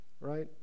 right